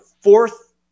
fourth